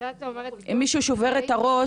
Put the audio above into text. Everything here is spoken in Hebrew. כשאת אומרת --- אם מישהו שובר את הראש